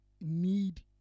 need